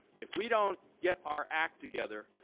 if we don't get our act together,